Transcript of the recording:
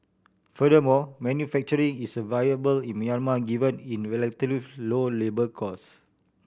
furthermore manufacturing is viable in Myanmar given in relatively low labour costs